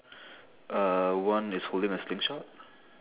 uh one is holding a slingshot